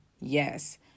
yes